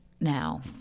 now